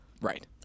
Right